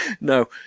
No